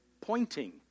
pointing